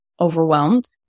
overwhelmed